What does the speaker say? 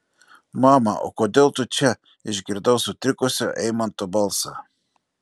mama o kodėl tu čia išgirdau sutrikusio eimanto balsą